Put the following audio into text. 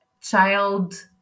child